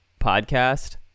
podcast